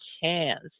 chance